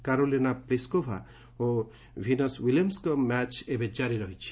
Carolina Pliskova ଓ Venus ୱିଲିୟମ୍ସ୍ଙ୍କ match ଏବେ ଜାରି ରହିଛି